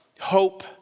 Hope